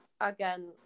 again